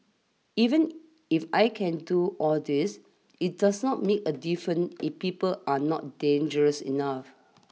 even if I can do all this it does not mean a difference if people are not dangerous enough